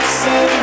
say